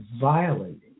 violating